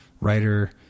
writer